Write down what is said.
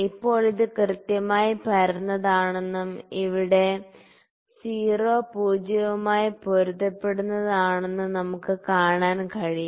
ഇപ്പോൾ ഇത് കൃത്യമായി പരന്നതാണെന്നും ഇവിടെ 0 പൂജ്യവുമായി പൊരുത്തപ്പെടുന്നതാണെന്നും നമുക്ക് കാണാൻ കഴിയും